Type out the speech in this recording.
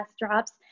drops